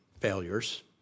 failures